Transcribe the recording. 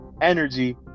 energy